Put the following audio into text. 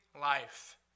life